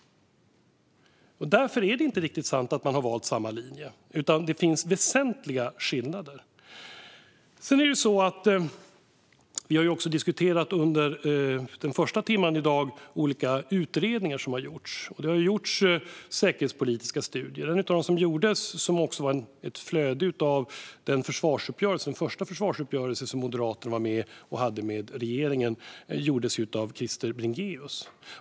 Det är alltså inte riktigt sant att man har valt samma linje, utan det finns väsentliga skillnader. Vi har också under den första timmen i dag diskuterat olika utredningar som har gjorts. En av de säkerhetspolitiska studierna, som var ett resultat av den första försvarsuppgörelse som Moderaterna ingick med regeringen, gjordes av Krister Bringéus.